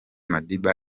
madiba